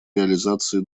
реализации